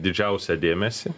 didžiausią dėmesį